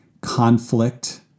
conflict